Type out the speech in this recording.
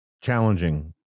challenging